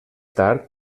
tard